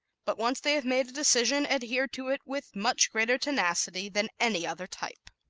but once they have made a decision, adhere to it with much greater tenacity than any other type.